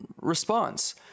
response